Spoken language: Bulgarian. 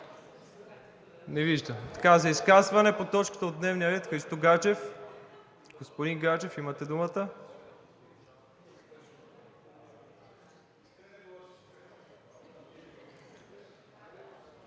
Не виждам. За изказване по точката от дневния ред – Христо Гаджев. Господин Гаджев, имате думата.